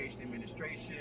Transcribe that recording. administration